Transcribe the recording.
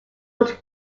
not